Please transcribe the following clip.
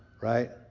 Right